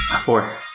Four